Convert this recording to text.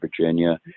Virginia